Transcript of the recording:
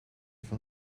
van